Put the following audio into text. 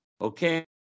okay